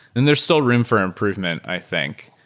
and there's still room for improvement, i think.